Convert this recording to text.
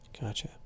Gotcha